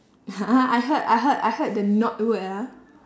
I heard I heard I heard the not word ah